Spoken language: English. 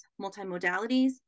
multimodalities